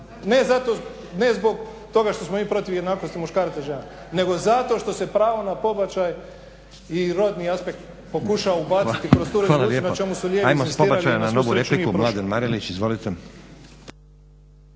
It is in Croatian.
ne zbog toga što smo mi protiv jednakosti muškaraca i žena, nego zato što se pravo na pobačaj i rodni aspekt pokušava ubaciti kroz tu rezoluciju na čemu su lijevi inzistirali i na svu sreću nije prošlo.